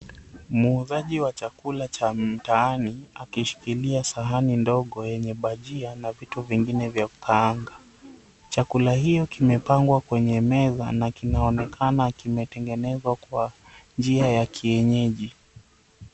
Muuzaji wa chakula cha mtaani akishikilia sahani ndogo yenye bhajia ,na vitu vingine vya kukaanga. Chakula hiyo kimepangwa kwenye meza na kinaonekana kimetengenezwa kwa njia ya kienyeji,